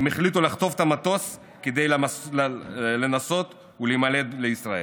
הם החליטו לחטוף את המטוס כדי לנסות להימלט לישראל.